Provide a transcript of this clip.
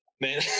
man